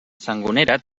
sangonera